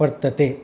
वर्तते